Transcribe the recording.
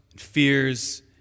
fears